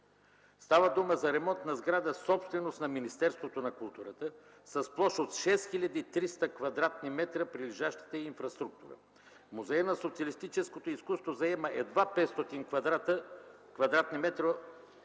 Става дума за ремонт на сграда, собственост на Министерството на културата с площ от 6300 квадратни метра и прилежащата й инфраструктура. Музеят на социалистическото изкуство заема едва 500 квадратни